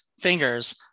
fingers